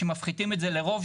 שמפחיתים את זה לרוב,